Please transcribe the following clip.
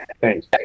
thanks